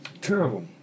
Terrible